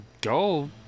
go